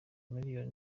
miliyoni